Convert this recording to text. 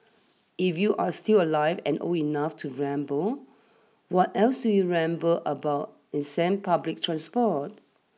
if you're still alive and old enough to remember what else do you remember about ancient public transport